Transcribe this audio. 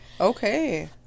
Okay